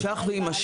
זה נמשך ויימשך.